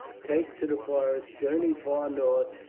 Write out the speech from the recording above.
take to the forests, journey far north,